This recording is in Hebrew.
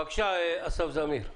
בבקשה, אסף זמיר.